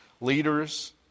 Leaders